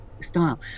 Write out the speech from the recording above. style